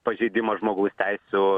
pažeidimą žmogaus teisių